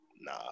Nah